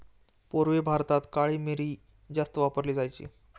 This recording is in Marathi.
पूर्वी भारतात काळी मिरी जास्त वापरली जायची